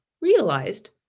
realized